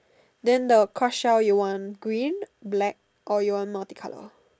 then the crush shell you want green black or you want multi color